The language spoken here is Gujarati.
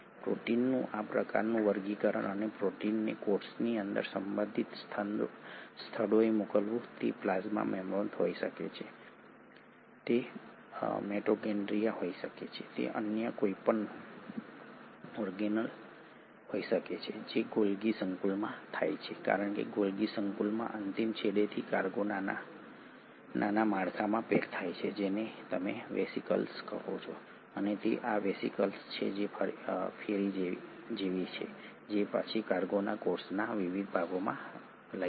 પ્રોટીનનું આ પ્રકારનું વર્ગીકરણ અને પ્રોટીનને કોષની અંદર સંબંધિત સ્થળોએ મોકલવું તે પ્લાઝ્મા મેમ્બ્રેન હોઈ શકે છે તે મિટોકોન્ડ્રિયા હોઈ શકે છે તે અન્ય કોઈ પણ ઓર્ગેનેલ હોઈ શકે છે જે ગોલ્ગી સંકુલમાં થાય છે કારણ કે ગોલ્ગી સંકુલના અંતિમ છેડાથી કાર્ગો નાના માળખામાં પેક થાય છે જેને તમે વેસિકલ્સ કહો છો અને તે આ વેસિકલ્સ છે જે ફેરી જેવી છે જે પછી કાર્ગોને કોષના વિવિધ ભાગોમાં લઈ જશે